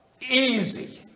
easy